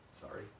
sorry